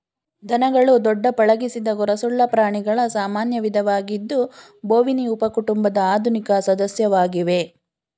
ದನಗಳು ದೊಡ್ಡ ಪಳಗಿಸಿದ ಗೊರಸುಳ್ಳ ಪ್ರಾಣಿಗಳ ಸಾಮಾನ್ಯ ವಿಧವಾಗಿದ್ದು ಬೋವಿನಿ ಉಪಕುಟುಂಬದ ಆಧುನಿಕ ಸದಸ್ಯವಾಗಿವೆ